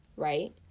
Right